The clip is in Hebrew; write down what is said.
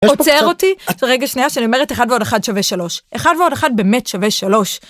עוצר אותי, רגע שנייה שאני אומרת 1 ועוד 1 שווה 3, 1 ועוד 1 באמת שווה 3.